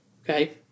Okay